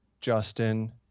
Justin